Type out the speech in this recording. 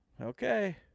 Okay